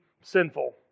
sinful